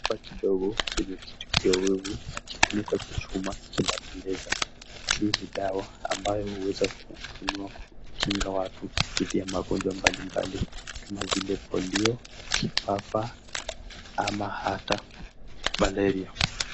Chupa kidogo chenye kitu kiyowevu na kifuniko cha chuma kinapendeza. Hii ni dawa ambayo huweza kutumiwa kukinga watu dhidhi ya magonjwa mbalimbali kama vile polio, kifafa ama hata malaria.